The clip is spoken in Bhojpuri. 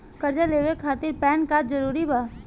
कर्जा लेवे खातिर पैन कार्ड जरूरी बा?